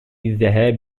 الذهاب